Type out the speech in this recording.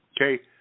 Okay